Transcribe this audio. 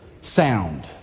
Sound